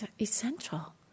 essential